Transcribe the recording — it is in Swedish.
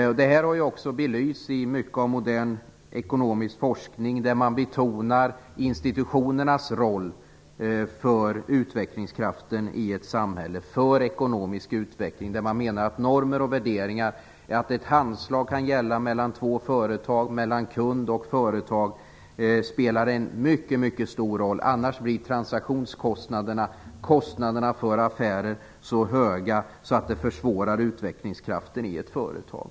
Det här har belysts mycket i modern ekonomisk forskning, där man betonar institutionernas roll för utvecklingskraften i ett samhälle och för ekonomisk utveckling. Man framhåller normer och värderingar. Ett handslag kan gälla mellan två företag samt mellan kund och företag. Det spelar en mycket stor roll, för annars blir transaktionskostnaderna - kostnaderna för affärer - så höga att det försvårar för utvecklingskraften i ett företag.